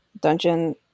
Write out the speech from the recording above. dungeon